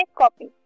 copy